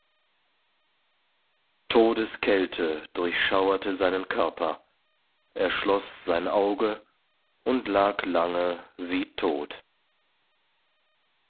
todeskälte durchschauerte seinen körper er schloß sein auge und lag lange wie tot